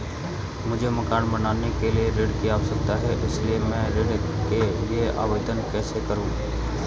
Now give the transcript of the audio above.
मुझे मकान बनाने के लिए ऋण की आवश्यकता है इसलिए मैं ऋण के लिए आवेदन कैसे करूं?